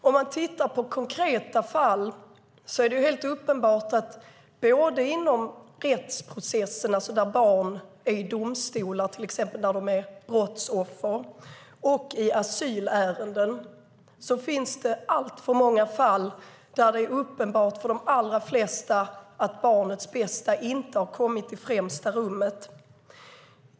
Om man tittar på konkreta fall - både inom rättprocesserna, där barn är i domstolar och till exempel är brottsoffer, och i asylärenden - ser man alltför många fall där det är uppenbart för de allra flesta att barnets bästa inte har kommit i främsta rummet.